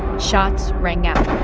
shots rang out